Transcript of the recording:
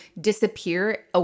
disappear